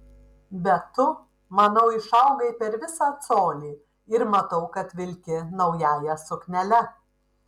bet tu manau išaugai per visą colį ir matau kad vilki naująja suknele